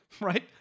Right